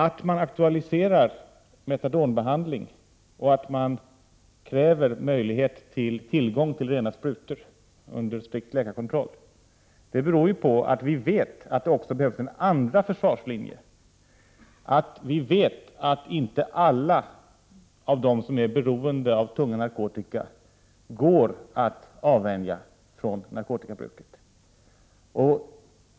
Att man aktualiserar metadonbehandling och att man kräver tillgång till rena sprutor under strikt läkarkontroll beror på att man vet att det också behövs en andra försvarslinje, eftersom man vet att inte alla av dem som är beroende av tung narkotika går att avvänja från narkotikabruket.